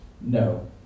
No